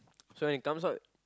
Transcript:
so when it comes out